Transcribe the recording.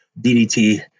DDT